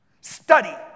Study